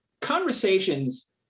conversations